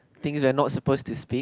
things we are not supposed to speak